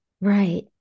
Right